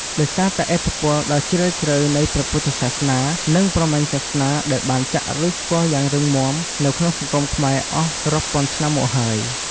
ដោយសារតែឥទ្ធិពលដ៏ជ្រាលជ្រៅនៃព្រះពុទ្ធសាសនា និងព្រហ្មញ្ញសាសនា ដែលបានចាក់ឫសគល់យ៉ាងរឹងមាំនៅក្នុងសង្គមខ្មែរអស់រាប់ពាន់ឆ្នាំមកហើយ។